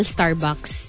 Starbucks